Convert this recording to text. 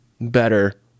better